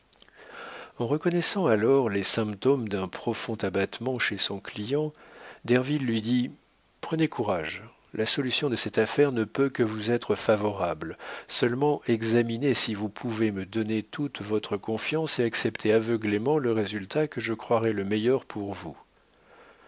en reconnaissant alors les symptômes d'un profond abattement chez son client derville lui dit prenez courage la solution de cette affaire ne peut que vous être favorable seulement examinez si vous pouvez me donner toute votre confiance et accepter aveuglément le résultat que je croirai le meilleur pour vous